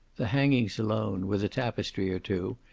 the hangings alone, with a tapestry or two,